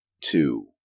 two